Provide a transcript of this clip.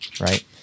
right